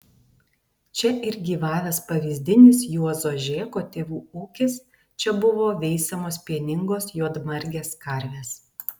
čia ir gyvavęs pavyzdinis juozo žėko tėvų ūkis čia buvo veisiamos pieningos juodmargės karvės